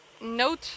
note